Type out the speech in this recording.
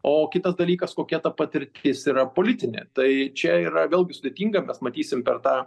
o kitas dalykas kokia ta patirtis yra politinė tai čia yra vėlgi sudėtinga mes matysim per tą